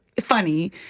funny